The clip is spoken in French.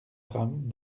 grammes